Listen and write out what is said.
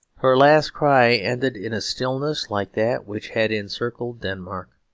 her last cry ended in a stillness like that which had encircled denmark.